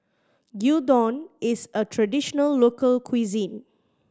gyudon is a traditional local cuisine